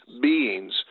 beings